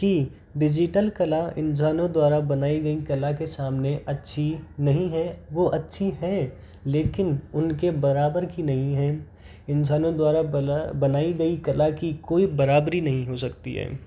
digital कला इंसानों द्वारा बनाई गई कला के सामने अच्छी नहीं है वह अच्छी है लेकिन उनके बराबर की नहीं है इंसानों द्वारा बना बनाई गई कला की कोई बराबरी नहीं हो सकती है